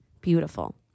Beautiful